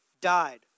died